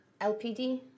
lpd